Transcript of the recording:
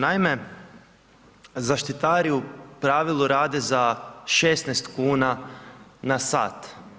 Naime, zaštitari u pravilu rade za 16 kn na sat.